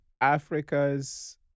Africa's